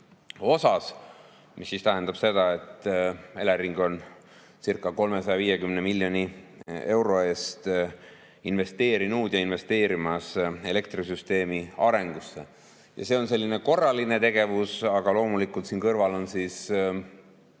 See tähendab seda, et Elering oncirca350 miljoni euro eest investeerinud ja investeerimas elektrisüsteemi arengusse. See on selline korraline tegevus, aga loomulikult siin kõrval on ka